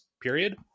period